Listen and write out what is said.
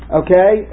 okay